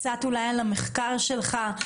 קצת על המחקר שלך,